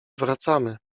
wracamy